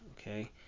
okay